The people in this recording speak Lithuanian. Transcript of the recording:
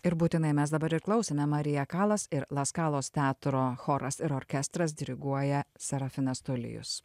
ir būtinai mes dabar ir klausėme marija kalas ir las kalos teatro choras ir orkestras diriguoja serafinas tolijus